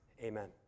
Amen